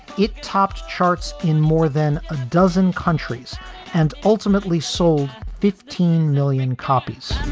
it topped charts in more than a dozen countries and ultimately sold fifteen million copies